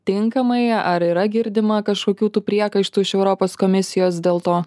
tinkamai ar yra girdima kažkokių tų priekaištų iš europos komisijos dėl to